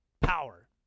power